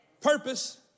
purpose